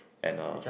and uh